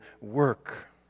work